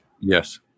Yes